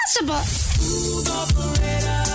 impossible